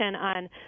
on